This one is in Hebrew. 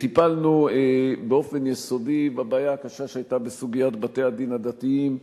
טיפלנו באופן יסודי בבעיה הקשה שהיתה בסוגיית בתי-הדין הדתיים,